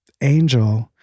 angel